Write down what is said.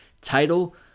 title